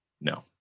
No